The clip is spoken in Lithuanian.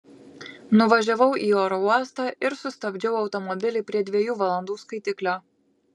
nuvažiavau į oro uostą ir sustabdžiau automobilį prie dviejų valandų skaitiklio